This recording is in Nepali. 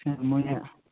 म यहाँ